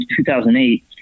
2008